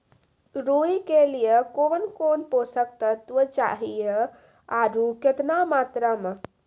राई के लिए कौन कौन पोसक तत्व चाहिए आरु केतना मात्रा मे?